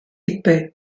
épais